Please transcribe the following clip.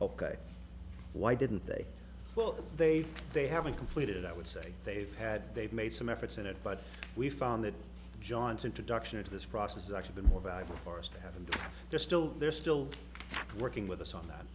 ok why didn't they well they they haven't completed i would say they've had they've made some efforts at it but we found that john's introduction into this process has actually been more valuable for us to have and they're still they're still working with us on that